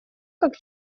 как